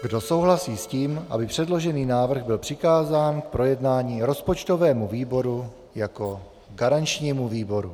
Kdo souhlasí s tím, aby předložený návrh byl přikázán k projednání rozpočtovému výboru jako garančnímu výboru?